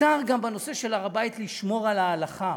מותר גם בנושא של הר-הבית לשמור על ההלכה.